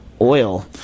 oil